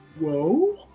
Whoa